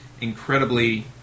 incredibly